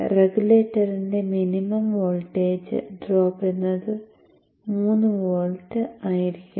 റെഗുലേറ്ററിന്റെ minimum voltage drop എന്നത് 3 volts ആയിരിക്കും